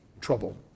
trouble